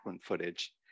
footage